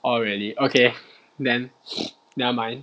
orh really okay then never mind